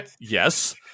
yes